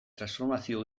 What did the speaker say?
transformazio